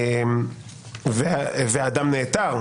ואדם נעתר",